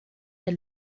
der